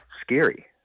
scary